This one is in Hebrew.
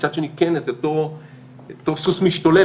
מצד שני לעצור את אותו סוס משתולל.